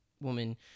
woman